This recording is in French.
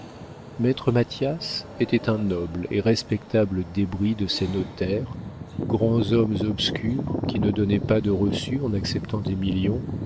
maître mathias était un noble et respectable débris de ces notaires grands hommes obscurs qui ne donnaient pas de reçu en acceptant des millions